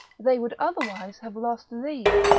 they would otherwise have lost thee.